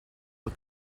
but